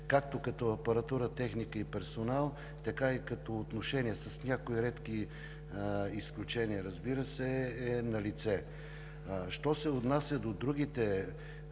както като апаратура, техника и персонал, така и като отношение, с някои редки изключения, разбира се, е налице. Що се отнася до другите